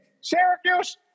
Syracuse